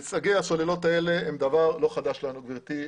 מיצגי הסוללות האלה הם דבר לא חדש לנו, גברתי.